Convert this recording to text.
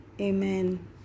Amen